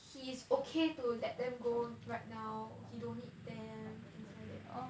he's okay to let them go right now he don't need them things like that